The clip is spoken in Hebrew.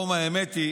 האמת היא